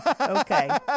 Okay